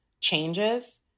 changes